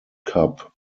cup